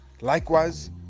likewise